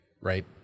Right